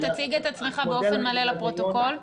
אני